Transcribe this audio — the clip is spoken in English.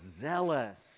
zealous